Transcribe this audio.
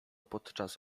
podczas